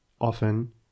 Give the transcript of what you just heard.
Often